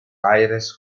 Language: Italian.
aires